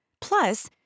Plus